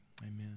Amen